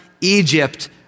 Egypt